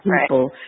people